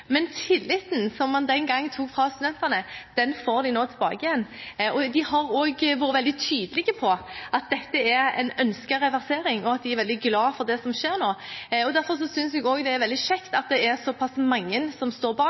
men tilliten som man den gangen tok fra studentene, får de nå tilbake igjen. De har også vært veldig tydelige på at dette er en ønsket reversering, og at de er veldig glad for det som skjer nå. Derfor synes jeg også det er veldig kjekt at det er såpass mange som står bak,